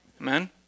amen